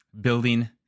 building